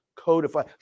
codify